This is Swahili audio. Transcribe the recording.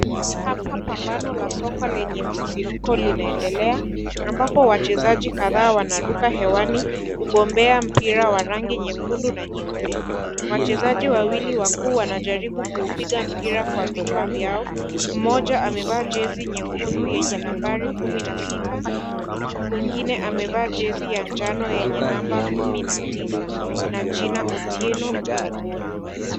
Hapa pambano la soka lenye msisimuko linaendelea, ambako wachezaji kadhaa wanaruka hewani kugombea mpira wa rangi nyekundu na nyeupe. Wachezaji wawili wakuu wanajariku kuhupiga mpira kwa vichwa vyao. Mmoja amevaa jezi nyekundu yenye nambari kumi na sita mwingine amevaa jezi ya njano yenye namba kumina tisa na jina Oteno mgongoni.